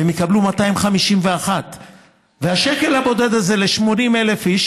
והם יקבלו 251. השקל הבודד הזה ל-80,000 איש